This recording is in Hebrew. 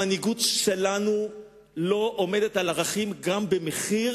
המנהיגות שלנו לא עומדת על ערכים גם במחיר